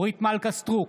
אורית מלכה סטרוק,